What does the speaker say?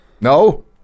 No